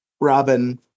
Robin